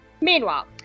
Meanwhile